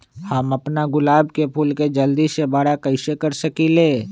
हम अपना गुलाब के फूल के जल्दी से बारा कईसे कर सकिंले?